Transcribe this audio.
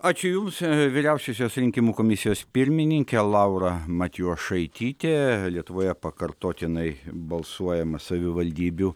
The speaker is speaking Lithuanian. ačiū jums vyriausiosios rinkimų komisijos pirmininkė laura matijošaitytė lietuvoje pakartotinai balsuojama savivaldybių